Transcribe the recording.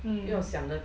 mm